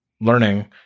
learning